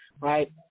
right